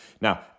Now